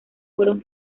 fueron